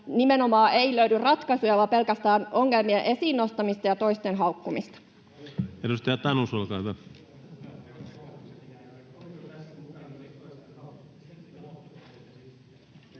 nimenomaan ei löydy ratkaisuja vaan pelkästään ongelmien esiin nostamista ja toisten haukkumista.